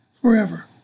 Forever